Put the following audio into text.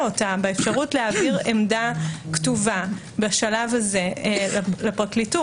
אותה באפשרות להעביר עמדה כתובה בשלב זה לפרקליטות.